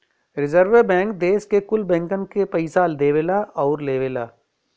रीजर्वे Bank देस के कुल बैंकन के पइसा देवला आउर लेवला